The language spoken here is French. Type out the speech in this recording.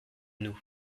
nous